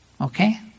Okay